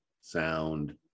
sound